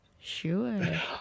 Sure